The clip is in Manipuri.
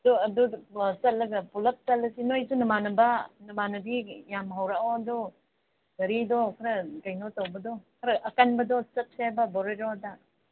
ꯑꯗꯨ ꯆꯠꯂꯒ ꯄꯨꯂꯞ ꯆꯠꯂꯁꯤ ꯅꯣꯏꯁꯨ ꯅꯃꯥꯟꯅꯕ ꯅꯃꯥꯟꯅꯕꯤ ꯌꯥꯝ ꯍꯧꯔꯛꯑꯣ ꯑꯗꯨ ꯒꯥꯔꯤꯗꯣ ꯈꯔ ꯀꯩꯅꯣ ꯇꯧꯕ ꯈꯔ ꯑꯀꯟꯕꯗꯣ ꯆꯠꯁꯦꯕ ꯕꯣꯂꯦꯔꯣꯗ